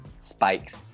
spikes